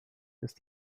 ist